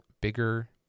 bigger